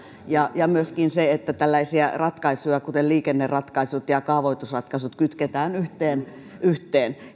ja on tontteja ja myöskin se että tällaisia ratkaisuja kuten liikenneratkaisut ja ja kaavoitusratkaisut kytketään yhteen yhteen